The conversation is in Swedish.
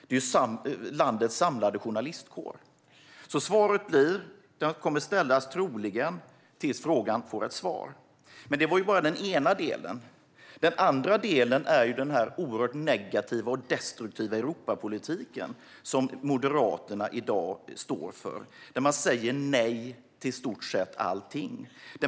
Det är landets samlade journalistkår. Svaret blir: Frågan kommer troligen att ställas tills den får ett svar. Men det var bara den ena delen. Den andra delen är den oerhört negativa och destruktiva Europapolitik som Moderaterna i dag står för. Man säger nej till i stort sett allting.